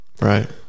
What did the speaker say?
Right